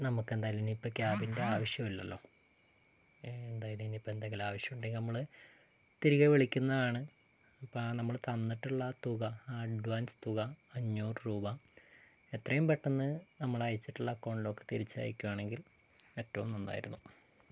നമുക്കെന്തായാലും ഇനിയിപ്പോൾ ക്യാബിൻ്റെ ആവശ്യം ഇല്ലല്ലോ എന്തായാലും ഇനി ഇനിയിപ്പോൾ എന്തെങ്കിലും ആവശ്യം ഉണ്ടെങ്കിൽ നമ്മൾ തിരികെ വിളിക്കുന്നതാണ് അപ്പോൾ നമ്മൾ തന്നിട്ടുള്ള ആ തുക ആ അഡ്വാൻസ് തുക അഞ്ഞൂറ് രൂപ എത്രയും പെട്ടെന്ന് നമ്മൾ അയച്ചിട്ടുള്ള അക്കൗണ്ടിലേക്ക് തിരിച്ചയക്കുകയാണെങ്കിൽ ഏറ്റവും നന്നായിരുന്നു